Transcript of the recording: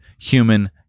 human